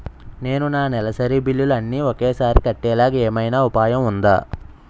నేను నా నెలసరి బిల్లులు అన్ని ఒకేసారి కట్టేలాగా ఏమైనా ఉపాయం ఉందా?